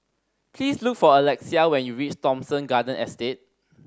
please look for Alexia when you reach Thomson Garden Estate